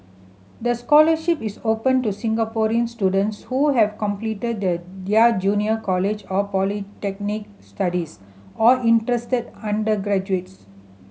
the scholarship is open to Singaporean students who have completed the their junior college or polytechnic studies or interested undergraduates